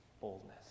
boldness